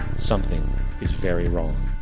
something is very wrong.